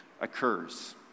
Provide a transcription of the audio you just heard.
occurs